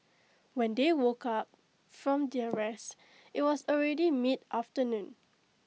when they woke up from their rest IT was already mid afternoon